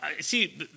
see